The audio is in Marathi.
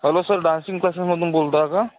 हॅलो सर डान्सिंग क्लासेसमधून बोलत आहे का